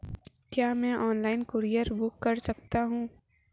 क्या मैं online courier book कर सकता हूँ?